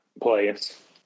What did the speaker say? place